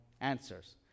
answers